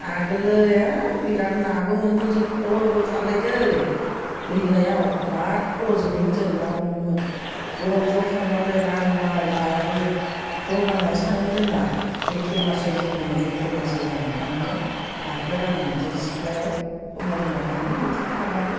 आगोलो ए बिराद नाबो मोनोमोन जों फल'बो सारलायदों दैमायाव मार फल' जोबोमोन जों ना हमोमोन ज' ज' थांनानै रानबाय नायाबो दल नांनानैसो थाङोमोन जोंना एखे मासै जेनोमोन एखे मासै जानानै थाङोमोन नाखौ रानोमोन जों सिथ्लायाव जमा जमा थाङोमोन बिदि थाबाबो